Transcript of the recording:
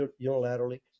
unilaterally